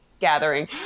gathering